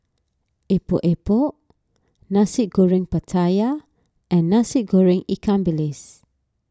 Epok Epok Nasi Goreng Pattaya and Nasi Goreng Ikan Bilis